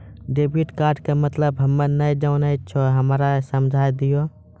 Debit card के मतलब हम्मे नैय जानै छौ हमरा समझाय दियौ?